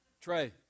Trey